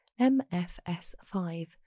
MFS5